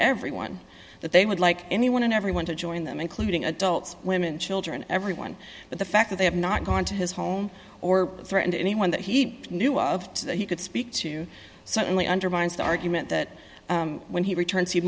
everyone that they would like anyone and everyone to join them including adults women children everyone but the fact that they have not gone to his home or threatened anyone that he knew of to that he could speak to certainly undermines the argument that when he returns